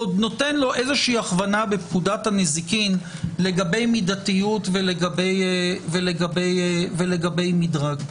עוד נותן לו הכוונה בפקודת הנזיקין לגבי מידתיות ולגבי מדרג.